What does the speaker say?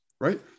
right